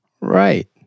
Right